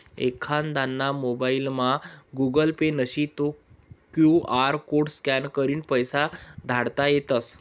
एखांदाना मोबाइलमा Google Pay नशी ते क्यु आर कोड स्कॅन करीन पैसा धाडता येतस